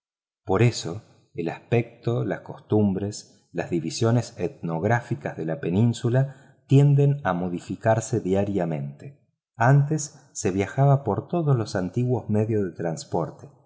por eso el aspecto las costumbres las divisiones etnográficas de la península tienden a modificarse diariamente antes se viajaba por todos los antiguos medios de transporte